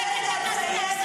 זה ייאמר.